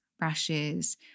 rashes